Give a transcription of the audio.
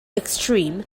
extreme